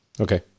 Okay